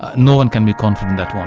ah no one can be confident that